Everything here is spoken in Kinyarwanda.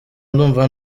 ndumva